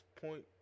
point –